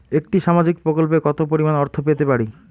একটি সামাজিক প্রকল্পে কতো পরিমাণ অর্থ পেতে পারি?